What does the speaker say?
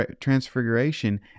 transfiguration